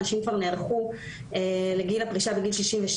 נשים כבר נערכו לגיל הפרישה בגיל 62,